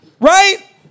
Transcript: Right